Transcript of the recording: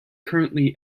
currently